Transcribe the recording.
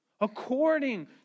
according